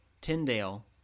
Tyndale